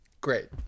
great